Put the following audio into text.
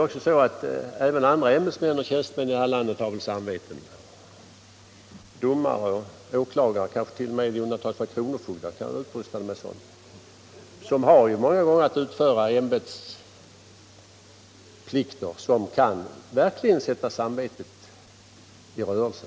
Och även andra ämbetsoch tjänstemän i det här landet har väl samveten — domare och åklagare och kanske t.o.m. i undantagsfall kronofogdar kan vara utrustade med samvete. De har många gånger att utföra ämbetsplikter som verkligen kan sätta samvetet i rörelse.